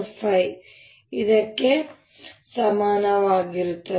xxrr5 ಇದಕ್ಕೆ ಸಮಾನವಾಗಿರುತ್ತದೆ